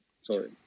Sorry